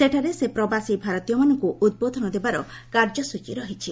ସେଠାରେ ସେ ପ୍ରବାସୀ ଭାରତୀୟମାନଙ୍କୁ ଉଦ୍ବୋଧନ ଦେବାର କାର୍ଯ୍ୟସୂଚୀ ରହିଛି